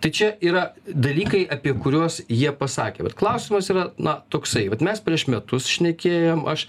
tai čia yra dalykai apie kuriuos jie pasakė vat klausimas yra na toksai vat mes prieš metus šnekėjom aš